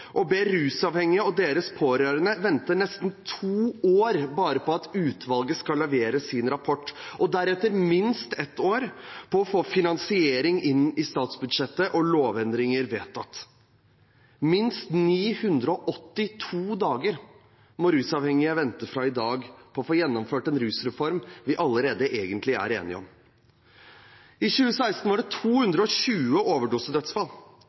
å be rusavhengige og deres pårørende om å vente nesten to år bare på at utvalget skal levere sin rapport, og deretter minst ett år på å få finansiering inn i statsbudsjettet og lovendringer vedtatt. Minst 982 dager må rusavhengige vente fra i dag på å få gjennomført en rusreform som vi allerede egentlig er enige om. I 2016 var det 220 overdosedødsfall.